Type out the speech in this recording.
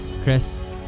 Chris